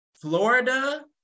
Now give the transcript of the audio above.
Florida